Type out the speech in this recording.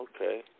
Okay